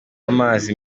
amazi